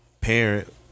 parent